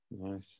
nice